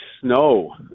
snow